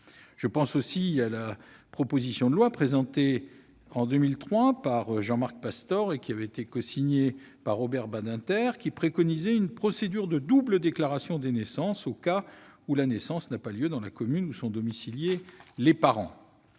Je pense aussi à la proposition de loi présentée en 2003 par Jean-Marc Pastor, cosignée par Robert Badinter, qui préconisait une procédure de double déclaration des naissances au cas où la naissance n'a pas lieu dans la commune où sont domiciliés les parents.